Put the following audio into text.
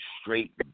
straight